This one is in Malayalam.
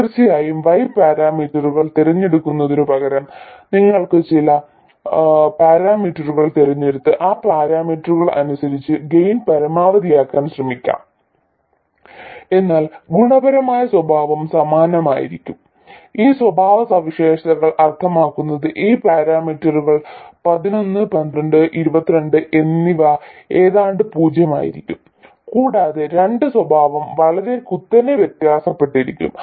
തീർച്ചയായും y പാരാമീറ്ററുകൾ തിരഞ്ഞെടുക്കുന്നതിനുപകരം നിങ്ങൾക്ക് മറ്റ് ചില പാരാമീറ്ററുകൾ തിരഞ്ഞെടുത്ത് ആ പാരാമീറ്ററുകൾ അനുസരിച്ച് ഗെയിൻ പരമാവധിയാക്കാൻ ശ്രമിക്കാം എന്നാൽ ഗുണപരമായ സ്വഭാവം സമാനമായിരിക്കും ഈ സ്വഭാവസവിശേഷതകൾ അർത്ഥമാക്കുന്നത് ഈ പരാമീറ്ററുകൾ 11 12 22 എന്നിവ ഏതാണ്ട് പൂജ്യമായിരിക്കും കൂടാതെ രണ്ട് സ്വഭാവം വളരെ കുത്തനെ വ്യത്യാസപ്പെട്ടിരിക്കും